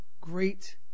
great